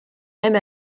même